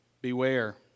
beware